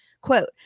Quote